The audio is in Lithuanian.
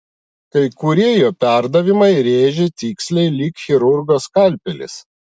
kai kurie jo perdavimai rėžė tiksliai lyg chirurgo skalpelis